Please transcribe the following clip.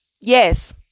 yes